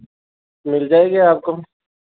मिल जाएगी आपको